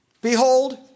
Behold